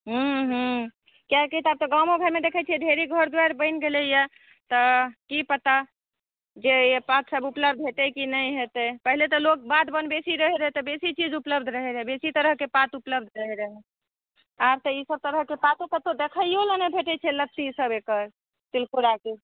किएकि अब तऽ गाँवो घरमे देखैछियै घर दुआरि बनि गेलैया तऽ की पता जे ई पात सभ उपलब्ध हेतै कि नहि देतै पहिले तऽ लोक बाधि बन बेसी रहै तऽ बेसी चीज उपलब्ध रहैत रहै बेसी तरहके पात उपलब्ध रहै रह आब तऽ ओ सभ तरहके ने पातो कतहुँ नहि देखाइ पड़ैया खाइयो लए नहि भेटै छै लत्ती सभ एकर तिलकोराके